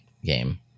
game